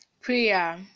prayer